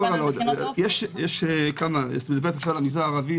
את מדברת על המגזר הערבי,